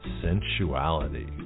sensuality